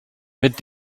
mit